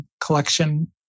collection